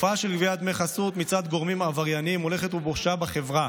התופעה של גביית דמי חסות מצד גורמים עברייניים הולכת ופושה בחברה.